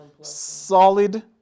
Solid